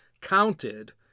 counted